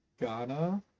Ghana